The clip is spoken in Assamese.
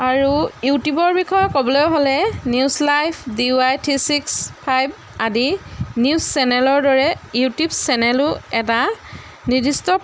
আৰু ইউটিউবৰ বিষয়ে ক'বলৈ হ'লে news live D Y three six five আদি নিউজ চেনেলৰ দৰে ইউটিউব চেনেলো এটা নিৰ্দিষ্ট